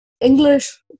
English